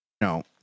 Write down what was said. no